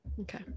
Okay